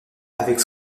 avec